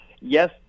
yes